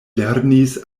lernis